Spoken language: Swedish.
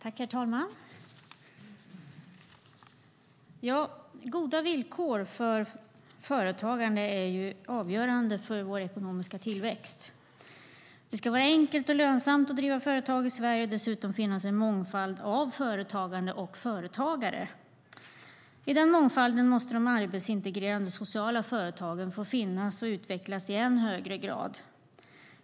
Herr talman! Goda villkor för företagande är avgörande för vår ekonomiska tillväxt. Det ska vara enkelt och lönsamt att driva företag i Sverige, och det ska dessutom finnas en mångfald av företagande och företagare. I den mångfalden måste de arbetsintegrerande sociala företagen få finnas och utvecklas i än högre grad.